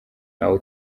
ntawe